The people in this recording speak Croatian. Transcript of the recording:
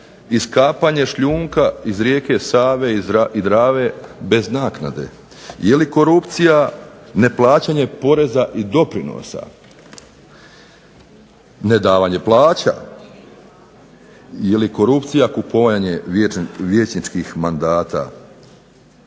iskapanje šljunka iz rijeke SAve i Drave bez naknade? Jeli korupcija neplaćanje poreza i doprinosa? Nedavanje plaća? Jeli korupcija kupovanje vijećničkih mandata?